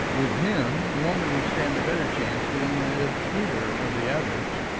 with him a woman would stand a better chance than with either of the others.